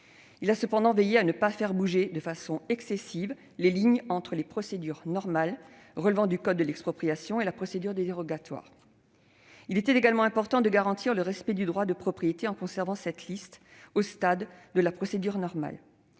Il a cependant veillé à ne pas faire bouger les lignes de façon excessive entre la procédure normale, relevant du code de l'expropriation, et la procédure dérogatoire. Il était également important de garantir le respect du droit de propriété, en conservant cette liste au stade de la procédure normale.